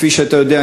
כפי שאתה יודע,